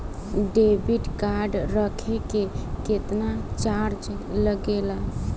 Debit card रखे के केतना चार्ज लगेला?